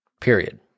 Period